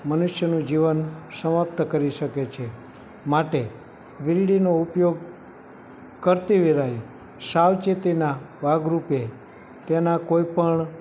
મનુષ્યનું જીવન સમાપ્ત કરી શકે છે માટે વીજળીનો ઉપયોગ કરતી વેળાએ સાવવચેતીનાં ભાગરૂપે તેનાં કોઇપણ